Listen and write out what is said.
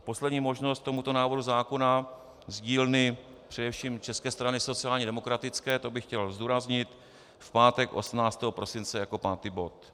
Poslední možnost tomuto návrhu zákona z dílny především České strany sociálně demokratické, to bych chtěl zdůraznit, v pátek 18. prosince jako pátý bod.